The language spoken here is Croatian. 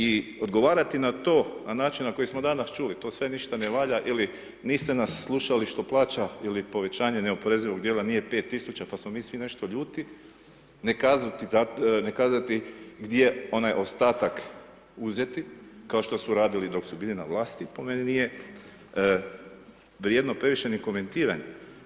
I odgovarati na to na način koji smo danas čuli, to sve ništa ne valja ili niste nas slušali što plaća ili povećanje neoporezivog dijela nije 5 tisuća pa smo mi svi nešto ljudi, ne kazati gdje onaj ostatak uzeti, kao što su radili dok su bili na vlasti po meni nije vrijedno previše ni komentiranja.